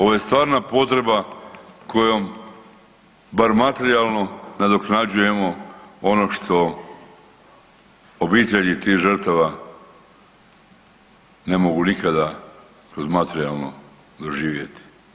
Ovo je stvarna potreba kojom bar materijalno nadoknađujemo ono što obitelji tih žrtava ne mogu nikada kroz materijalno doživjeti.